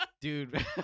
Dude